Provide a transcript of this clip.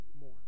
more